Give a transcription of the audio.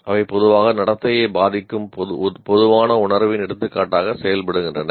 அவை பொதுவாக நடத்தையை பாதிக்கும் பொதுவான உணர்வின் எடுத்துக்காட்டாக செயல்படுகின்றன